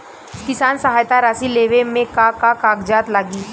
किसान सहायता राशि लेवे में का का कागजात लागी?